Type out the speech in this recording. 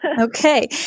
Okay